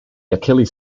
achilles